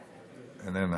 איננה.